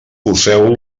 poseu